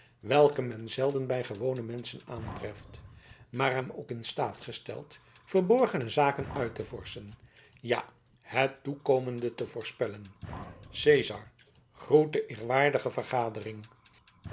welke men zelden bij gewone menschen aantreft maar hem ook in staat gesteld verborgene zaken uit te vorschen ja het toekomende te voorspellen cezar groet de eerbiedwaardige